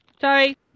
Sorry